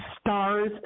stars